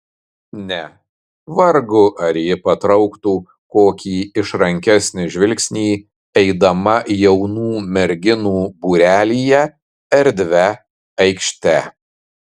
ne vargu ar ji patrauktų kokį išrankesnį žvilgsnį eidama jaunų merginų būrelyje erdvia aikšte